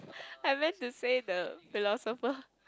I mess to say the philosopher